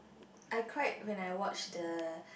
I cried when I watched the